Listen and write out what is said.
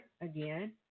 again